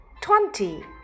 twenty